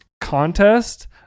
contest